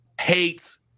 hates